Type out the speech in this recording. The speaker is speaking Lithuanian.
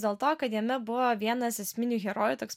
dėl to kad jame buvo vienas esminių herojų toks